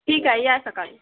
ठीक आहे या सकाळी